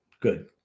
Good